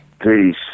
Peace